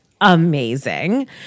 amazing